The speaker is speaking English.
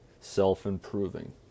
self-improving